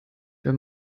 der